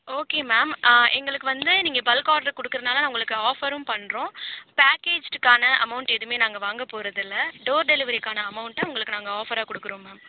okay ma'am எங்களுக்கு வந்து நீங்கள் பல்க் ஆர்டர் கொடுக்குறதுனால உங்களுக்கு ஆஃபரும் பண்ணுறோம் பேக்கேஜ்க்கான அமௌண்ட் எதுவுமே நாங்கள் வாங்க போகறதில்ல டோர் டெலிவரிக்கான அமௌண்ட்டை உங்களுக்கு நாங்கள் ஆஃபராக கொடுக்குறோம் மேம்